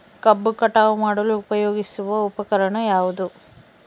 ಕಬ್ಬು ಕಟಾವು ಮಾಡಲು ಉಪಯೋಗಿಸುವ ಉಪಕರಣ ಯಾವುದು?